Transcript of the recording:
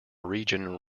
region